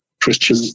Christian